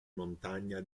montagna